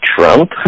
Trump